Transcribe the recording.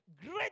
great